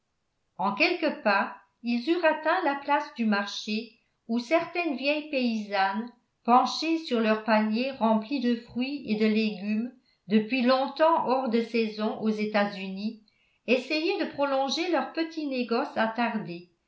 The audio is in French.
en quelques pas ils eurent atteint la place du marché où certaines vieilles paysannes penchées sur leurs paniers remplis de fruits et de légumes depuis longtemps hors de saison aux etats-unis essayaient de prolonger leur petit négoce attardé